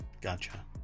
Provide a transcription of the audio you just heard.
Gotcha